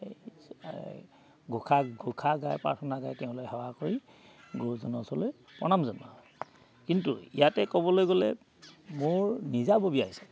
গোসা ঘোষা গাই প্ৰাৰ্থনা গাই তেওঁলোকে সেৱা কৰি গুৰুজনৰ ওচৰলৈ প্ৰণাম জনোৱা হয় কিন্তু ইয়াতে ক'বলৈ গ'লে মোৰ নিজাববীয়া হিচাপে